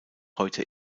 heute